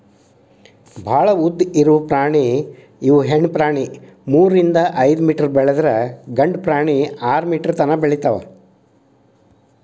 ಭಾಳ ಉದ್ದ ಇರು ಪ್ರಾಣಿ ಇವ ಹೆಣ್ಣು ಪ್ರಾಣಿ ಮೂರರಿಂದ ಐದ ಮೇಟರ್ ಬೆಳದ್ರ ಗಂಡು ಪ್ರಾಣಿ ಆರ ಮೇಟರ್ ತನಾ ಬೆಳಿತಾವ